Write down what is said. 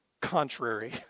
contrary